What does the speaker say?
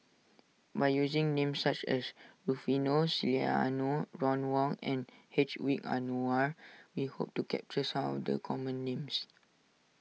by using names such as Rufino Soliano Ron Wong and Hedwig Anuar we hope to capture some of the common names